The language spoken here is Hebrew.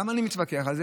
למה אני מתווכח על זה?